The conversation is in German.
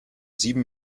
sieben